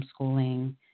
homeschooling